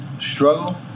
struggle